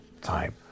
time